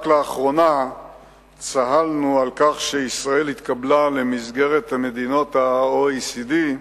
רק לאחרונה צהלנו על כך שישראל התקבלה למסגרת מדינות ה-OECD,